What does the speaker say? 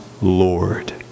Lord